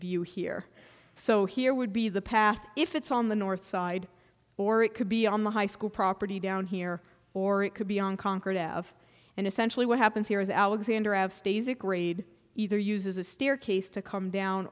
view here so here would be the path if it's on the north side or it could be on the high school property down here or it could be on concord of and essentially what happens here is alexander ab stays a grade either uses a staircase to come down